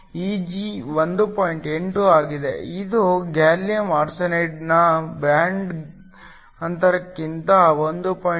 8 ಆಗಿದೆ ಇದು ಗ್ಯಾಲಿಯಮ್ ಆರ್ಸೆನೈಡ್ನ ಬ್ಯಾಂಡ್ ಅಂತರಕ್ಕಿಂತ 1